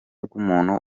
rw’umuntu